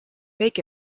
make